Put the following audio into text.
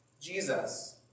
Jesus